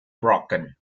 broken